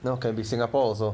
now can be singapore also